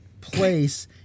place